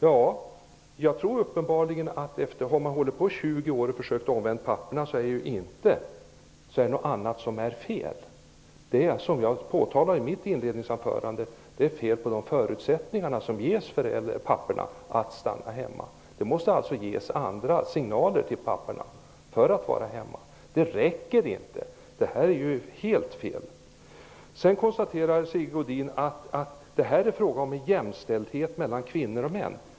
Ja, har man hållit på i 20 år och försökt omvända papporna är det något annat som är fel, tror jag. Som jag påtalade i mitt inledningsanförande är det fel på de förutsättningar som ges för papporna att stanna hemma. Det måste alltså ges andra signaler till papporna för att de skall stanna hemma. Det här är ju helt fel -- det räcker inte. Sedan konstaterade Sigge Godin att det här är en fråga om jämställdhet mellan kvinnor och män.